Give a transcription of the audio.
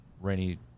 rainy